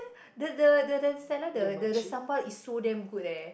the the the the seller the the sambal is so damn good leh